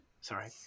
sorry